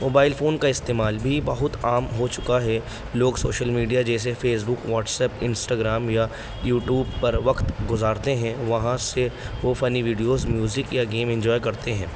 mobile phone کا استعمال بھی بہت عام ہو چکا ہے لوگ سوشل میڈیا جیسے فیس بک واٹسایپ انسٹاگرام یا یوٹیوب پر وقت گزارتے ہیں وہاں سے وہ فنی ویڈیوز میوزک یا گیم انجوائے کرتے ہیں